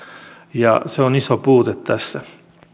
se on iso puute tässä